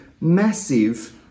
massive